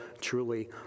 truly